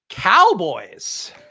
Cowboys